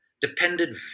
depended